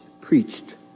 preached